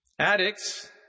Addicts